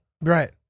right